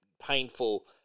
painful